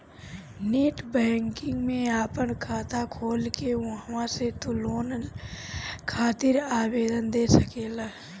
net banking में आपन खाता खोल के उहवा से तू लोन खातिर आवेदन दे सकेला